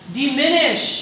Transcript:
diminish